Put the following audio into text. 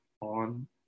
on